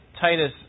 Titus